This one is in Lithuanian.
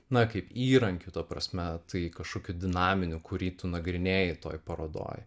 na kaip įrankiu ta prasme tai kažkokiu dinaminiu kurį tu nagrinėji toj parodoj